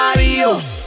Adios